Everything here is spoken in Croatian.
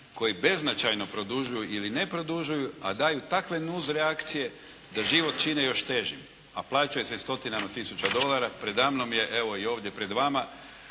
koji beznačajno produžuju ili ne produžuju, a daju takve nus reakcije da život čine još težim, a plaćaju se stotinama tisuća dolara. Preda mnom je, evo i ovdje pred vama,